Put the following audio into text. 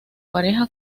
pareja